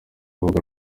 rubuga